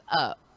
up